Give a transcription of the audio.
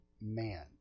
man